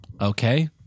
okay